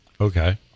Okay